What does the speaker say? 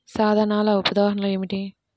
సాధనాల ఉదాహరణలు ఏమిటీ?